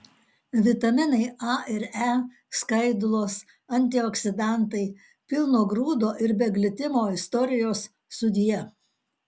vitaminai a ir e skaidulos antioksidantai pilno grūdo ir be glitimo istorijos sudie